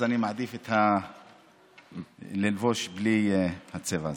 אז אני מעדיף ללבוש בלי הצבע הזה.